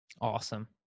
Awesome